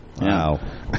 Wow